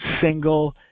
single